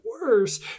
worse